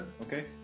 Okay